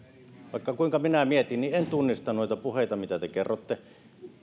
vaikka kuinka minä mietin niin en tunnista noita puheita mitä te kerrotte